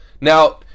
Now